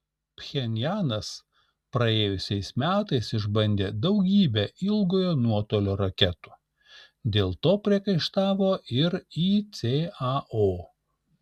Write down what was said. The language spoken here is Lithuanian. pchenjanas praėjusiais metais išbandė daugybę ilgojo nuotolio raketų dėl to priekaištavo ir icao